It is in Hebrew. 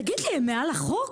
תגיד לי, הם מעל לחוק?